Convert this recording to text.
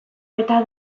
eta